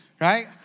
right